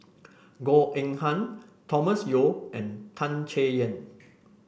Goh Eng Han Thomas Yeo and Tan Chay Yan